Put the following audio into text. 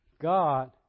God